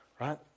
right